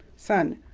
son,